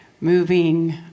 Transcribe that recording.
moving